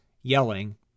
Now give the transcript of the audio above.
yelling